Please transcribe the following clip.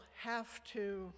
have-to